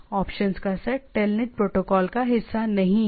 options का set Telnet protocol का हिस्सा नहीं है